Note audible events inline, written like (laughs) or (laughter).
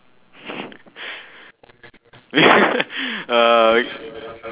(laughs) uh